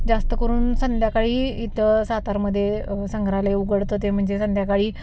जास्त करून संध्याकाळी इथं सातारमध्ये संग्रहालय उघडतं ते म्हणजे संध्याकाळी